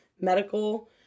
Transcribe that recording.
medical